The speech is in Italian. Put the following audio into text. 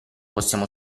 possiamo